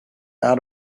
out